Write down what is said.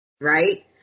right